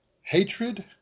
hatred